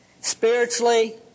Spiritually